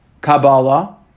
kabbalah